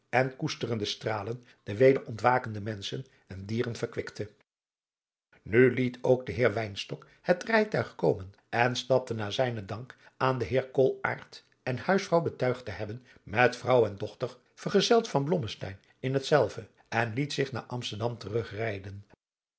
en koesterende stralen de weder ontwakende menschen en dieren verkwikte nu liet ook de heer wynstok het rijtuig komen en stapte na zijnen dank aan den heer koolaart en huisvrouw betuigd te hebben met vrouw en dochter vergezeld van blommesteyn in hetzelve en liet zich naar amsterdam terugrijden